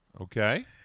okay